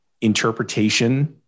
interpretation